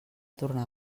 tornar